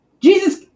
Jesus